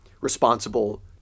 responsible